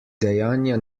dejanja